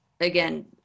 again